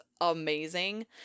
amazing